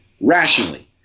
rationally